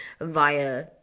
via